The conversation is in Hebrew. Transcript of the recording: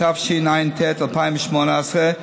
התשע"ט 2018,